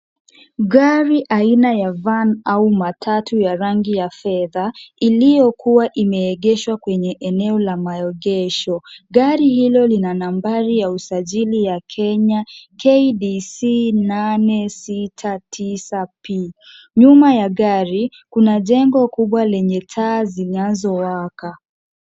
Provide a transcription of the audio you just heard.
Gari aina ya Van au matatu ya rangi ya fedha, iliyokuwa imeegeshwa kwenye eneo la maegesho. Gari hilo lina nambari ya usajili ya Kenya KDC 869P. Nyuma ya gari kuna jengo kubwa lenye taa zinazowaka.